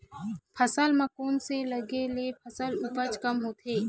फसल म कोन से लगे से फसल उपज कम होथे?